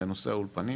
בנושא האולפנים